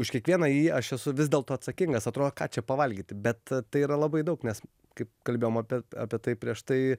už kiekvieną jį aš esu vis dėlto atsakingas atrodo ką čia pavalgyti bet tai yra labai daug nes kaip kalbėjom apie apie tai prieš tai